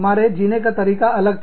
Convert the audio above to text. हमारे जीने का तरीका अलग था